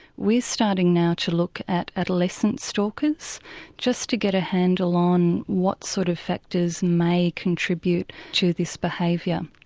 we're starting now to look at adolescent stalkers just to get a handle on what sort of factors may contribute to this behaviour.